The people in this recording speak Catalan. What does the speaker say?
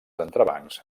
entrebancs